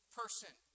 person